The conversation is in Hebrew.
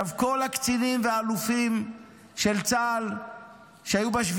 כל הקצינים והאלופים של צה"ל שהיו ב-7